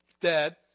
dead